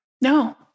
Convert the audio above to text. No